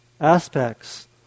aspects